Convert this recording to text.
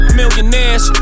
millionaires